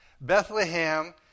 Bethlehem